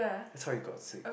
that's how you got sick